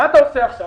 מה אתה עושה עכשיו?